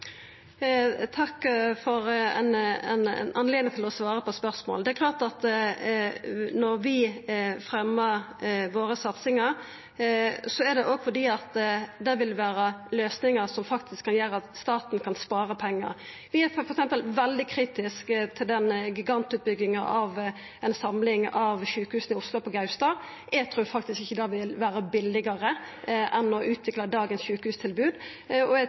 Takk for ei anledning til å svara på spørsmål. Det er klart at når vi fremjar satsingane våre, er det òg fordi det vil vera løysingar som faktisk kan gjera at staten kan spara pengar. Vi er f.eks. veldig kritiske til gigantutbygginga av ei samling av sjukehus til Oslo, på Gaustad – eg trur faktisk ikkje det vil vera billigare enn å utvikla dagens sjukehustilbod.